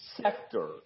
sector